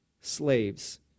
slaves